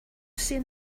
seen